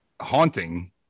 haunting